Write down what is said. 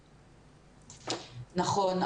נכון.